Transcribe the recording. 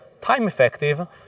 time-effective